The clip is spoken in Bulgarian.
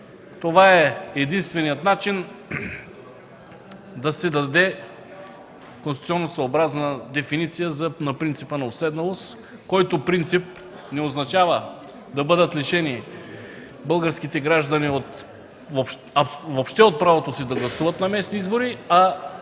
Това е единственият начин да се даде конституционосъобразна дефиниция на принципа на отседналост, който не означава да бъдат лишени българските граждани въобще от правото си да гласуват на местни избори,